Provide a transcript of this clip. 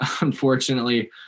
Unfortunately